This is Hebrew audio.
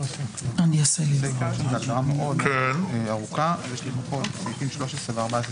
אנסה להבין: "סכום שיש לשלמו למדינה לפי דין,